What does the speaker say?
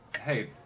hey